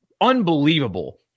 unbelievable